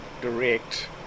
direct